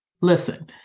Listen